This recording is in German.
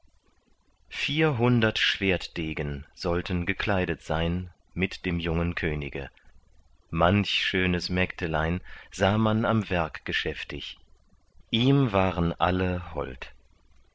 vierhundert schwertdegen sollten gekleidet sein mit dem jungen könige manch schönes mägdelein sah man am werk geschäftig ihm waren alle hold